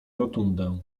rotundę